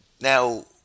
Now